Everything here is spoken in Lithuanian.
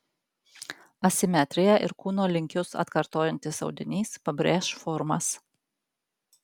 asimetrija ir kūno linkius atkartojantis audinys pabrėš formas